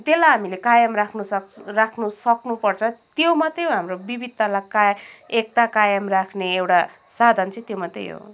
त्यसलाई हामी कायम राख्नसक्छु राख्न सक्नुपर्छ त्यो मात्रै हो हाम्रो विविधतालाई काय एकता कायम राख्ने एउटा साधन चाहिँ त्यो मात्रै हो